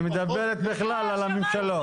היא מדברת בכלל על הממשלות.